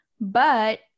But-